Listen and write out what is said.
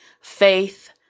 faith